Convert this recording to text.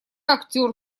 актер